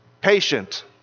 patient